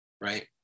right